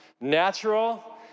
natural